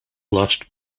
last